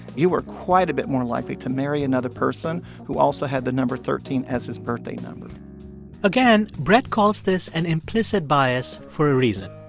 you were quite a bit more likely to marry another person who also had the number thirteen as his birthday number again, brett calls this an implicit bias for a reason.